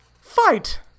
fight